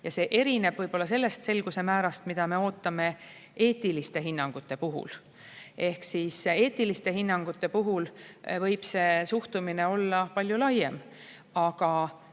See erineb sellest selguse määrast, mida me ootame eetiliste hinnangute puhul. Eetiliste hinnangute puhul võib suhtumine olla palju laiem, aga